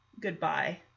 Goodbye